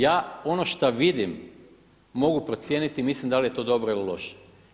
Ja ono šta vidim mogu procijeniti i mislim da li je to dobro ili loše.